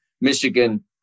Michigan